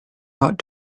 got